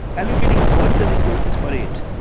allocating funds and resources for it.